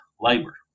labor